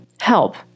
Help